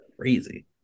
crazy